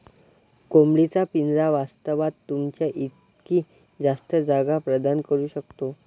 कोंबडी चा पिंजरा वास्तवात, तुमच्या इतकी जास्त जागा प्रदान करू शकतो